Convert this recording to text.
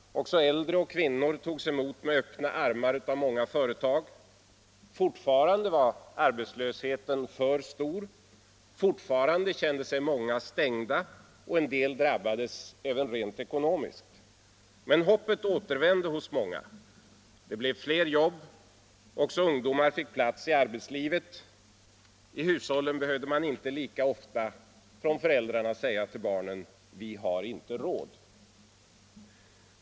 Också äldre och kvinnor togs emot med öppna armar av många företag. Fortfarande var arbetslösheten för stor. Fortfarande kände sig många stängda och en del drabbades även rent ekonomiskt. Men hoppet återvände hos många. Det blev fler jobb. Också ungdomar fick plats i arbetslivet. I hushållen behövde föräldrarna inte lika ofta säga till barnen ”vi har inte råd”.